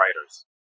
writers